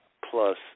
Plus